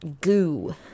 goo